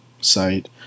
site